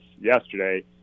yesterday